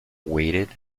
waited